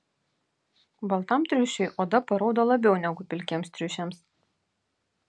baltam triušiui oda paraudo labiau negu pilkiems triušiams